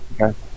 Okay